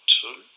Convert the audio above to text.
two